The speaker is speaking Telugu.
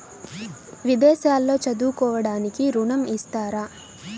విదేశాల్లో చదువుకోవడానికి ఋణం ఇస్తారా?